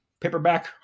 paperback